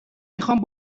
میخام